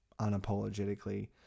unapologetically